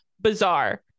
bizarre